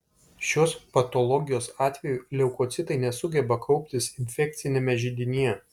šios patologijos atveju leukocitai nesugeba kauptis infekciniame židinyje